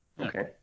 Okay